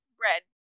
bread